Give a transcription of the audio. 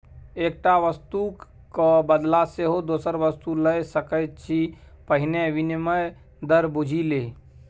एकटा वस्तुक क बदला सेहो दोसर वस्तु लए सकैत छी पहिने विनिमय दर बुझि ले